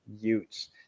Utes